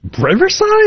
Riverside